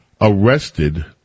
arrested